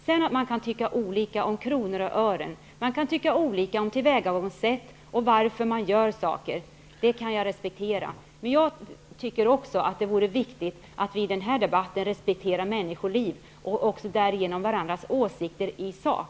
Att man sedan kan tycka olika om kronor och ören, att man kan tycka olika om tillvägagångssätt, det kan jag respektera. Men jag tycker också att det är viktigt att vi i den här debatten respekterar människoliv och därigenom även varandras åsikter i sak.